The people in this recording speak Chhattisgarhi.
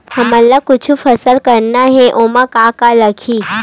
हमन ला कुछु फसल करना हे ओमा का का लगही?